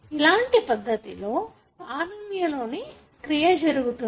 ఇలాంటి పద్దతిలో RNA లో ని క్రియ జరుగుతుంది